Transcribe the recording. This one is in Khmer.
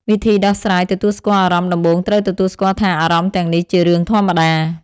វិធីដោះស្រាយទទួលស្គាល់អារម្មណ៍ដំបូងត្រូវទទួលស្គាល់ថា អារម្មណ៍ទាំងនេះជារឿងធម្មតា។